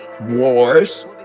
wars